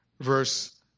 verse